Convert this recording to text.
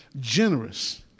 generous